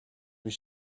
bir